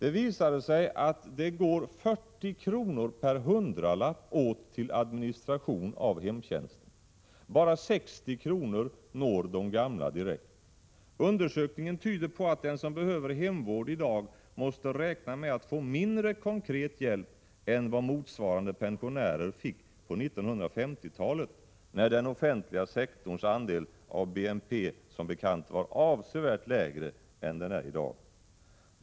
Enligt undersökningen går 40 kr. per hundralapp åt till administration av hemtjänsten. Bara 60 kr. når de gamla direkt. Undersökningen tyder på att den som behöver hemvård i dag måste räkna med att få mindre konkret hjälp än vad motsvarande pensionärer fick på 1950-talet, när den offentliga sektorns andel av BNP var avsevärt lägre än den är i dag.